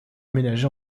aménagé